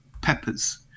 peppers